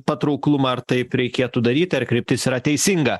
patrauklumą ar taip reikėtų daryti ar kryptis yra teisinga